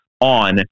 on